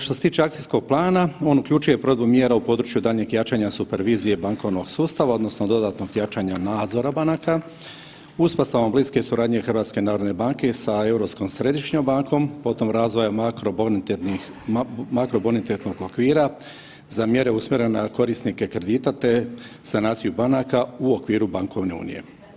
Što se tiče akcijskog plana, on uključuje provedbu mjera u području daljnjeg jačanja supervizije bankovnog sustava odnosno dodatnog jačanja nadzora banaka uspostavom bliske suradnje HNB-a sa Europskom središnjom bankom, potom razvojem makrobonitetnih, makrobonitetnog okvira za mjere usmjerene na korisnike kredita, te sanaciju banaka u okviru bankovne unije.